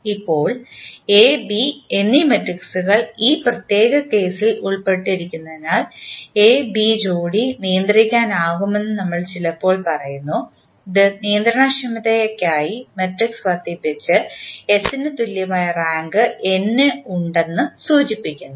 ഇപ്പോൾ A B എന്നീ മെട്രിക്സുകൾ ഈ പ്രത്യേക കേസിൽ ഉൾപ്പെട്ടിരിക്കുന്നതിനാൽ എബി ജോഡി നിയന്ത്രിക്കാനാകുമെന്ന് നമ്മൾ ചിലപ്പോൾ പറയുന്നു ഇത് നിയന്ത്രണക്ഷമതയ്ക്കായി മാട്രിക്സ് വർദ്ധിപ്പിച്ച S ന് തുല്യമായ റാങ്ക് n ഉണ്ടെന്ന് സൂചിപ്പിക്കുന്നു